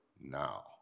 now